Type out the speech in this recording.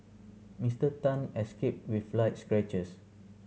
Mister Tan escaped with light scratches